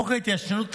חוק ההתיישנות,